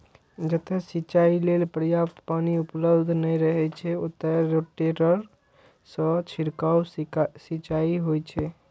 जतय सिंचाइ लेल पर्याप्त पानि उपलब्ध नै रहै छै, ओतय रोटेटर सं छिड़काव सिंचाइ होइ छै